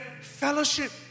fellowship